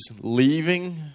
leaving